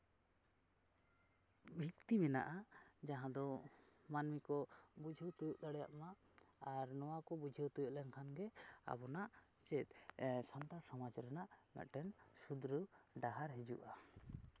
ᱵᱷᱤᱛᱛᱤ ᱢᱮᱱᱟᱜᱼᱟ ᱡᱟᱦᱟᱸᱫᱚ ᱢᱟᱱᱢᱤ ᱠᱚ ᱵᱩᱡᱷᱟᱹᱣ ᱛᱤᱭᱳᱜ ᱫᱟᱲᱮᱭᱟᱜ ᱢᱟ ᱟᱨ ᱱᱚᱣᱟ ᱠᱚ ᱵᱩᱡᱷᱟᱹᱣ ᱛᱤᱭᱳᱜ ᱞᱮᱱᱠᱷᱟᱱ ᱜᱮ ᱟᱵᱚᱱᱟᱜ ᱪᱮᱫ ᱥᱟᱱᱛᱟᱲ ᱥᱚᱢᱟᱡᱽ ᱨᱮᱱᱟᱜ ᱢᱮᱫᱴᱮᱱ ᱥᱩᱫᱷᱨᱟᱹᱣ ᱰᱟᱦᱟᱨ ᱦᱤᱡᱩᱜᱼᱟ